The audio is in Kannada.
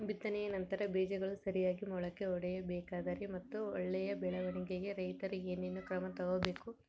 ಬಿತ್ತನೆಯ ನಂತರ ಬೇಜಗಳು ಸರಿಯಾಗಿ ಮೊಳಕೆ ಒಡಿಬೇಕಾದರೆ ಮತ್ತು ಒಳ್ಳೆಯ ಬೆಳವಣಿಗೆಗೆ ರೈತರು ಏನೇನು ಕ್ರಮ ತಗೋಬೇಕು?